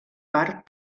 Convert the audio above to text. part